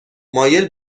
مایل